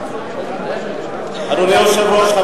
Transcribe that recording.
אדוני היושב-ראש,